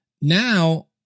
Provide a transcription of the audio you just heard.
Now